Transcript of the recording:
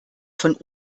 von